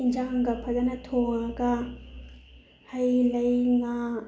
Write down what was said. ꯏꯟꯁꯥꯡꯒ ꯐꯖꯅ ꯊꯣꯡꯉꯒ ꯍꯩ ꯂꯩ ꯉꯥ